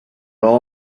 all